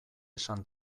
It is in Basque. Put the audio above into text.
esan